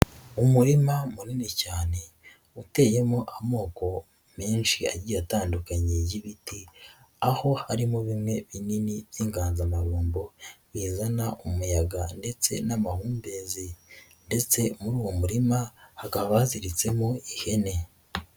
Umurima munini cyane wateyemo amoko menshi agiye atandukanye y'ibiti, aho harimo bimwe binini by'inganzamarumbo bizana umuyaga ndetse n'amahumbezi, ndetse muri uwo murima hakaba haziritsemo ihene.